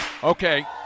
okay